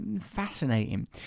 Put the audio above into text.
fascinating